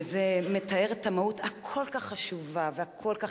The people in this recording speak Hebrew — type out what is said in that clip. וזה מתאר את המהות הכל-כך חשובה והכל-כך